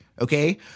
Okay